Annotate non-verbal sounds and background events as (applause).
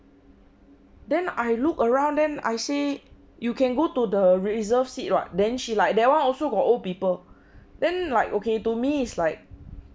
then I look around then I say you can go to the reserve seat [what] then she like that one also got old people (breath) then like okay to me is like